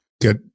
get